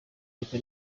reka